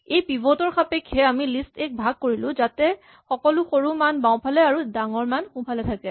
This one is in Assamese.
এই পিভট ৰ সাপেক্ষে আমি লিষ্ট এ ক ভাগ কৰিলো যাতে সকলো সৰু মান বাওঁফালে আৰু ডাঙৰ মান সোঁফালে থাকে